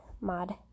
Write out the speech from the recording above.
mod